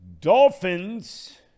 Dolphins